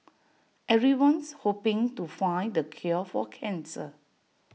everyone's hoping to find the cure for cancer